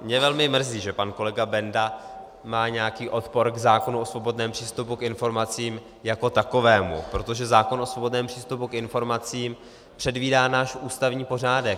Mě velmi mrzí, že pan kolega Benda má nějaký odpor k zákonu o svobodném přístupu k informacím jako takovému, protože zákon o svobodném přístupu k informacím předvídá náš ústavní pořádek.